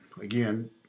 again